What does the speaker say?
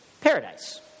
Paradise